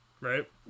right